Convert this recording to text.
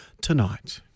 tonight